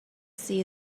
sea